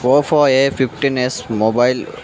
Oppo a fifteen S mobile